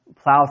plow